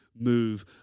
move